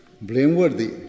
blameworthy